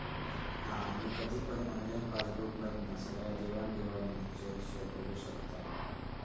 हा आम्ही कधी पण ऑनलाईन पासबुक मधना सगळ्या देवाण घेवाणीचो हिशोब बघू शकताव